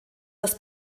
das